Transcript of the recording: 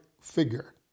figure